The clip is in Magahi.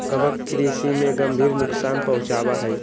कवक कृषि में गंभीर नुकसान पहुंचावा हई